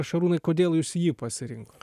šarūnai kodėl jūs jį pasirinkot